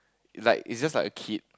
like is just like a kid